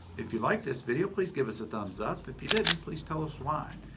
if you like this video please give us a thumbs up, if you didn't please tell us why.